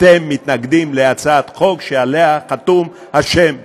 אתם מתנגדים להצעת חוק שעליה חתום השם בגין.